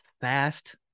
fast